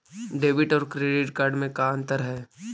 Debit और credit card में का अंतर है?